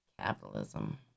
Capitalism